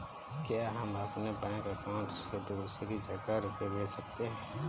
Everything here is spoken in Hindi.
क्या हम अपने बैंक अकाउंट से दूसरी जगह रुपये भेज सकते हैं?